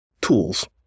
tools